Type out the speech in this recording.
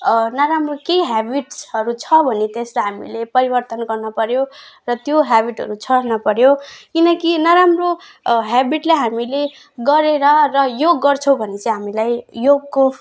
नराम्रो केही ह्याबिट्सहरू छ भने त्यस्तो हामीले परिवर्तन गर्नुपऱ्यो र त्यो ह्याबिटहरू छोड्नुपऱ्यो किनकि नराम्रो ह्याबिटलाई हामीले गरेर अब योग गर्छौँ भने चाहिँ हामीलाई योगको